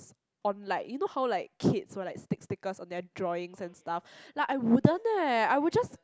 on like you know how like kids were like stick stickers and then drawing and stuff like I wouldn't eh I would just